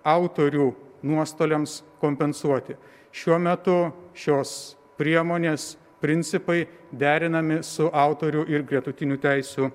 autorių nuostoliams kompensuoti šiuo metu šios priemonės principai derinami su autorių ir gretutinių teisių